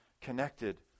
connected